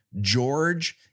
George